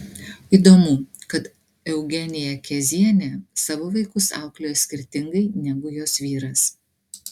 įdomu kad eugenija kezienė savo vaikus auklėjo skirtingai negu jos vyras